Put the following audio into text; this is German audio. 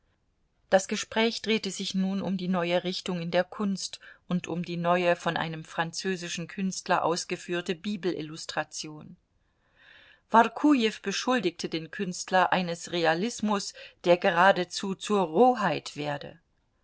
das gespräch drehte sich nun um die neue richtung in der kunst und um die neue von einem französischen künstler ausgeführte bibelillustration workujew beschuldigte den künstler eines realismus der geradezu zur roheit werde